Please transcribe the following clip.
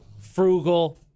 frugal